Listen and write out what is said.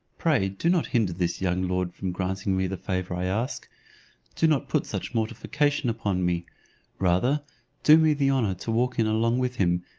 pray do not hinder this young lord from granting me the favour i ask do not put such mortification upon me rather do me the honour to walk in along with him,